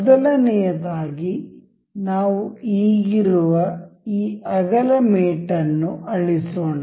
ಮೊದಲನೆಯದಾಗಿ ನಾವು ಈಗಿರುವ ಈ ಅಗಲ ಮೇಟ್ ಅನ್ನು ಅಳಿಸೋಣ